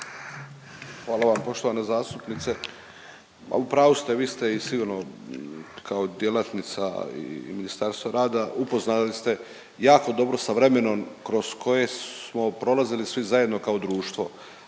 Hvala vam poštovana zastupnice. Pa u pravu ste, vi ste i sigurno kao djelatnica Ministarstva rada upoznali ste jako dobro sa vremenom kroz koje smo prolazili svi zajedno kao društvo,